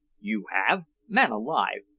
you have! man alive!